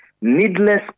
needless